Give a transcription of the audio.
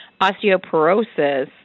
Osteoporosis